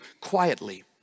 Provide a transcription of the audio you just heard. quietly